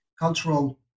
cultural